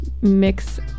mix